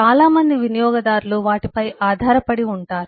చాలా మంది వినియోగదారులు వాటిపై ఆధారపడి ఉంటారు